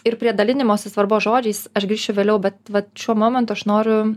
ir prie dalinimosi svarbos žodžiais aš grįšiu vėliau bet vat šiuo momentu aš noriu